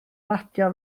radio